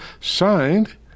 Signed